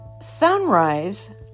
sunrise